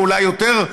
ואולי יותר,